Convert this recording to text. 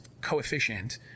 coefficient